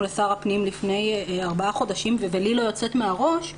לשר הפנים לפני ארבעה חודשים ולי היא לא יוצאת מהראש.